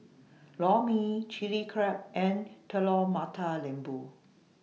Lor Mee Chili Crab and Telur Mata Lembu